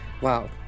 wow